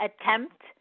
attempt